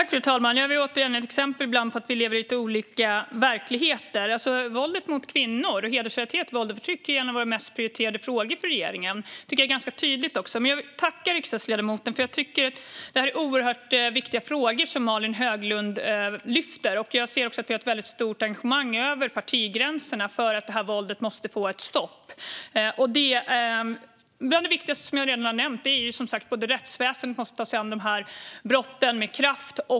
Fru talman! Här har vi återigen ett exempel på att vi ibland lever i lite olika verkligheter. Våld mot kvinnor och hedersrelaterat våld och förtryck är en av regeringens mest prioriterade frågor, vilket jag tycker är ganska tydligt. Jag vill dock tacka riksdagsledamoten, för jag tycker att det är oerhört viktiga frågor som Malin Höglund lyfter fram. Jag ser också att vi har ett väldigt stort engagemang över partigränserna när det gäller att detta våld måste få ett stopp. Bland det viktigaste är, som jag redan har nämnt, att rättsväsendet tar sig an dessa brott med kraft.